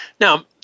now